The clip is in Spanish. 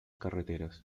carreteras